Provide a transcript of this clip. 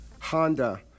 Honda